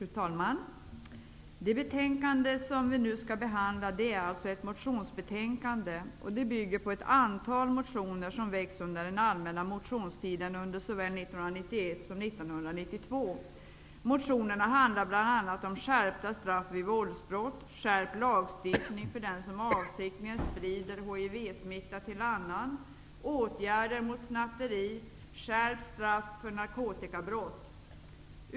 Fru talman! Det betänkande som vi nu skall behandla är ett motionsbetänkande. Det bygger på ett antal motioner som väckts under den allmänna motionstiden åren 1991 och 1992. Motionerna handlar bl.a. om skärpta straff vid våldsbrott, skärpt lagstiftning för den som avsiktligt sprider HIV-smitta till annan, åtgärder mot snatteri och skärpt straff för narkotikabrott.